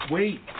Wait